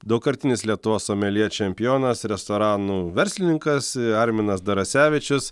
daugkartinis lietuvos someljė čempionas restoranų verslininkas arminas darasevičius